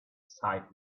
sighed